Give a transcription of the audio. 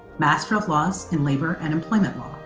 master of laws in labor and employment